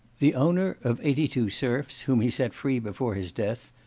the owner of eighty-two serfs, whom he set free before his death,